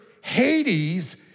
Hades